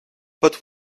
but